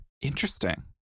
Interesting